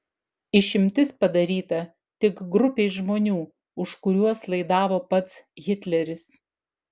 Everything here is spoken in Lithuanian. išimtis padaryta tik grupei žmonių už kuriuos laidavo pats hitleris